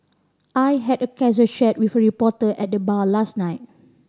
I had a casual chat with a reporter at the bar last night